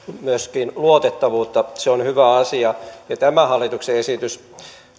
myöskin rekisterien luotettavuutta se on hyvä asia tämä hallituksen esitys